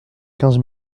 quinze